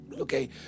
Okay